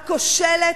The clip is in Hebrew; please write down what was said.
הכושלת,